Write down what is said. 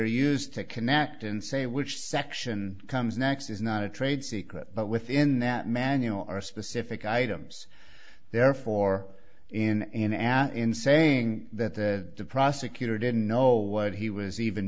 are used to connect and say which section comes next is not a trade secret but within that manual are specific items therefore in an ad in saying that the prosecutor didn't know what he was even